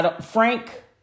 Frank